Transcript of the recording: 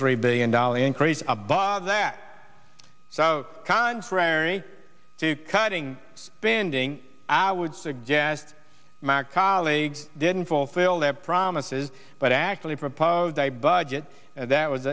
three billion dollars increase above that so contrary to cutting spending i would suggest mark colleagues didn't fulfill their promises but actually proposed a budget that was